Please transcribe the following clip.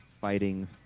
fighting